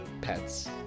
pets